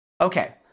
Okay